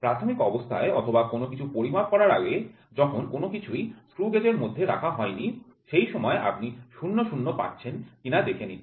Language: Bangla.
প্রাথমিক অবস্থায় অথবা কোন কিছু পরিমাপ করার আগে যখন কোন কিছুই স্ক্রু গেজের মধ্যে রাখা হয়নি সেই সময় আপনি ০০ পাচ্ছেন কিনা দেখে নিন